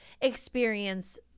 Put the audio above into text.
Experience